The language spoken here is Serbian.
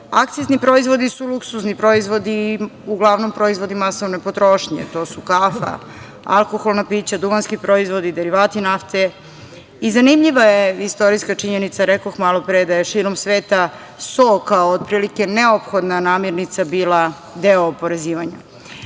proizvodi su luksuzni proizvodi i uglavnom proizvodi masovne potrošnje. To su kafa, alkoholna pića, duvanski proizvodi, derivati nafte. I zanimljiva je istorijska činjenica, rekoh malopre, da je širom sveta so kao otprilike neophodna namirnica bila deo oporezivanja. Akcize